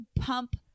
pump